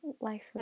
life